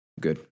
Good